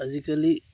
আজিকালি